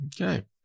Okay